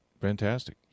Fantastic